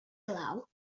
glaw